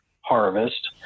harvest